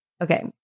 okay